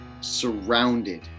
surrounded